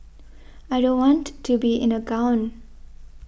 I don't want to be in a gown